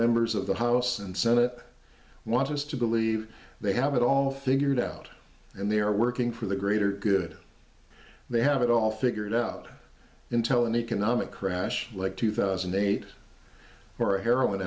members of the house and senate want us to believe they have it all figured out and they are working for the greater good they have it all figured out until an economic crash like two thousand and eight or a heroin